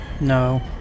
no